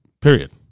period